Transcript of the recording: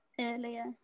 Earlier